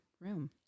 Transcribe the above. room